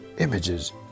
Images